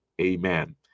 Amen